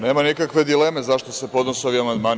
Nema nikakve dileme zašto se podnose ovi amandmani.